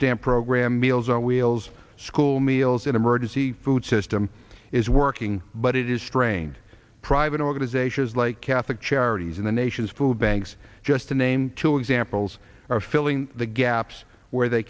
stamp program meals on wheels school meals in emergency food system is working but it is strained private organizations like catholic charities in the nation's food banks just to name two examples are filling the gaps where they